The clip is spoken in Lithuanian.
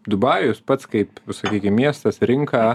dubajus pats kaip sakykim miestas rinka